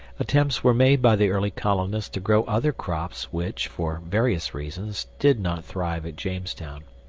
attempts were made by the early colonists to grow other crops which, for various reasons, did not thrive at jamestown.